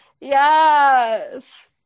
Yes